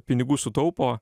pinigų sutaupo